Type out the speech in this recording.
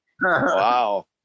Wow